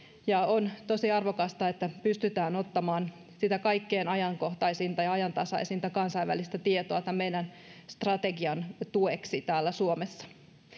on tosi arvokasta että pystytään ottamaan sitä kaikkein ajankohtaisinta ja ajantasaisinta kansainvälistä tietoa tämän meidän strategian tueksi täällä suomessa